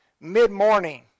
mid-morning